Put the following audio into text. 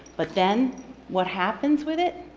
but then what happens with it